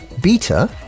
Beta